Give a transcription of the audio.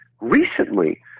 recently